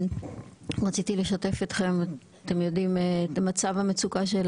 רציתי לשתף אתכם, אתם יודעים את מצב המצוקה של